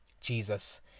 Jesus